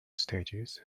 stages